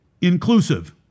inclusive